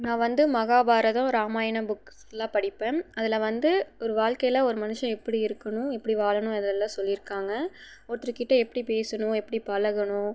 நான் வந்து மஹாபாரதம் ராமாயணம் புக்ஸ்யெலாம் படிப்பேன் அதில் வந்து ஒரு வாழ்க்கையில் ஒரு மனுஷன் எப்படி இருக்கணும் எப்படி வாழணும் இதெல்லாம் சொல்லியிருக்காங்க ஒருத்தர் கிட்டே எப்படி பேசணும் எப்படி பழகணும்